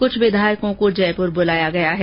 कृछ विधायकों को जयपुर बुलाया गया है